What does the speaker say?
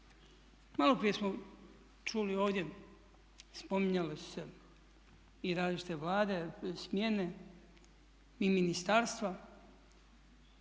Malo prije smo čuli ovdje, spominjale su se i različite Vlade, smjene i ministarstva.